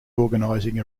organizing